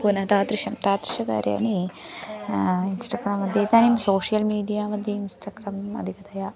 पुनः तादृशं तादृशकार्याणि इन्स्टग्रां मध्ये इदानीं सोशियल् मीडिया मध्ये इन्स्टग्राम् अधिकतया